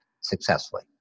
successfully